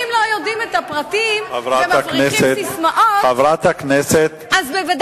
ואם לא יודעים את הפרטים ומפריחים ססמאות אז בוודאי,